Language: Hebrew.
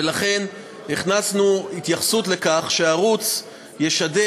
ולכן הכנסנו התייחסות לכך שהערוץ ישדר